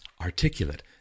articulate